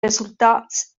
resultats